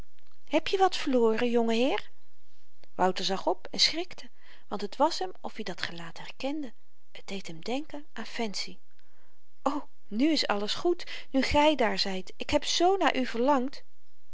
heb je wat verloren jonge heer wouter zag op en schrikte want het was hem of-i dat gelaat herkende t deed hem denken aan fancy o nu is alles goed nu gy daar zyt ik heb zoo naar u verlangd